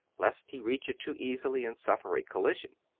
lest he reach it too easily and suffer a collision.